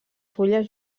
fulles